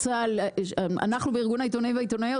אנחנו בארגון העיתונאים והעיתונאיות,